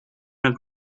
met